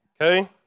Okay